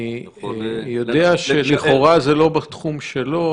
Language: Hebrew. אני יודע שלכאורה זה לא בתחום שלו,